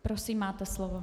Prosím, máte slovo .